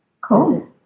Cool